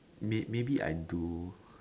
may~ maybe I do